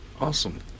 awesome